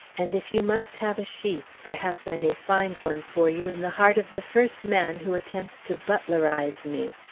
and if you must have a sheath, perhaps i may find one for you in the heart of the first man who attempts to butlerize me.